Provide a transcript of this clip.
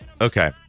Okay